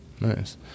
Nice